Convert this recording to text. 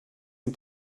ihm